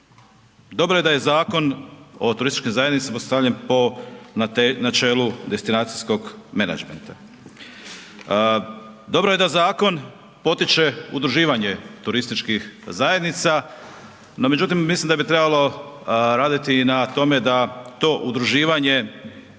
dobro je da je Zakon o turističkim zajednicama postavljen po načelu destinacijskog menadžmenta. Dobro je da zakon potiče udruživanje turističkih zajednica, no međutim mislim da bi trebalo raditi i na tome da to udruživanje